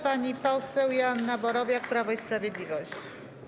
Pani poseł Joanna Borowiak, Prawo i Sprawiedliwość.